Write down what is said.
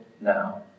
now